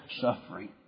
suffering